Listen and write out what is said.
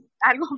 algo